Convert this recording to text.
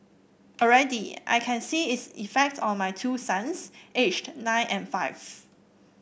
already I can see its effect on my two sons aged nine and five